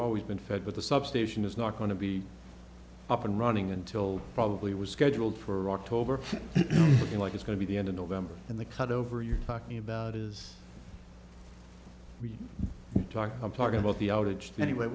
always been fed but the substation is not going to be up and running until probably was scheduled for october feel like it's going to be the end of november and the cutover you're talking about is talk i'm talking about the outage anyway